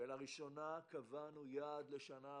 ולראשונה קבענו יעד לשנה הבאה,